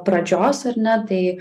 pradžios ar ne tai